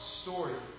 story